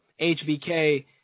HBK